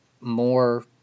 more